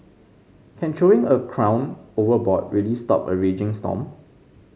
can throwing a crown overboard really stop a raging storm